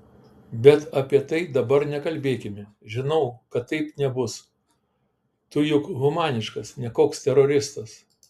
bet apie tai dabar nekalbėkime žinau kad taip nebus tu juk humaniškas ne koks teroristas